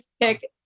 pick